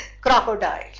crocodile